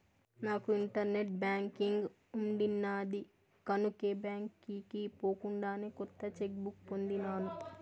నాకు internet banking ఉండిన్నాది కనుకే బాంకీకి పోకుండానే కొత్త చెక్ బుక్ పొందినాను